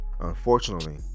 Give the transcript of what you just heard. Unfortunately